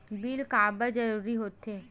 Bill काबर जरूरी होथे?